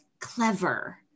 clever